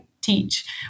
teach